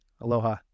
Aloha